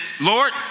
Lord